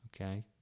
Okay